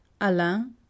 Alain